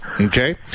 Okay